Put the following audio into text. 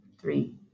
Three